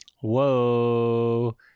Whoa